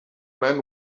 man